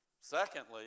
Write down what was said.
Secondly